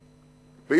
החקלאות,